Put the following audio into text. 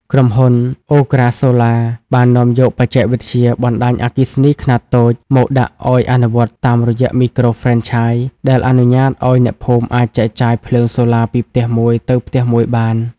ក្រុមហ៊ុន អូក្រាសូឡា (Okra Solar) បាននាំយកបច្ចេកវិទ្យា "បណ្ដាញអគ្គិសនីខ្នាតតូច" មកដាក់ឱ្យអនុវត្តតាមរយៈមីក្រូហ្វ្រេនឆាយ ដែលអនុញ្ញាតឱ្យអ្នកភូមិអាចចែកចាយភ្លើងសូឡាពីផ្ទះមួយទៅផ្ទះមួយបាន។